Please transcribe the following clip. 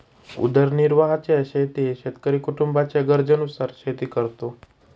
उदरनिर्वाहाच्या शेतीत शेतकरी कुटुंबाच्या गरजेनुसार शेती करतो